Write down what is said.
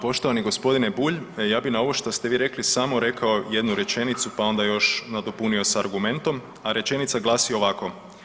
Poštovani gospodine Bulj ja bih na ovo šta ste vi rekli samo rekao jednu rečenicu pa onda još nadopunio se s argumentom, a rečenica glasi ovako.